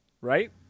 Right